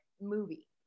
movie